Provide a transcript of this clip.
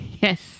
Yes